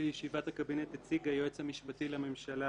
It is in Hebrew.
בישיבת הקבינט הציג היועץ המשפטי לממשלה